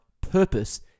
purpose